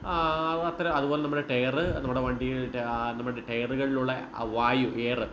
അത്തരം അതുപോലെ നമ്മുടെ ടയർ നമ്മുടെ വണ്ടിയുടെ ട നമ്മുടെ ടയറുകളിലുള്ള ആ വായു എയർ